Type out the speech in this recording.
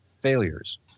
failures